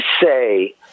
say